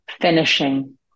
Finishing